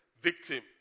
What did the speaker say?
victim